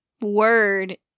word